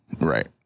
Right